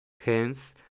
Hence